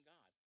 God